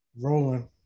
rolling